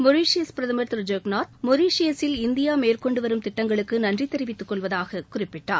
Mauritius பிரதமர் திரு ஜெகநாத் மொரீஷியஸில் India மேற்கொண்டு வரும் திட்டங்களுக்கு நன்றி தெரிவித்துக் கொள்வதாகக் குறிப்பிட்டார்